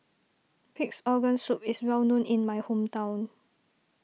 Pig's Organ Soup is well known in my hometown